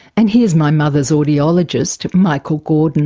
and here's my mother's audiologist, michael gordon